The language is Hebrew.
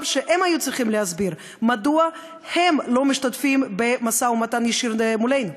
שהם היו צריכים להסביר מדוע הם לא משתתפים במשא-ומתן ישיר מולנו,